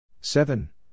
Seven